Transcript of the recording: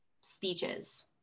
speeches